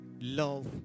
love